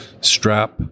strap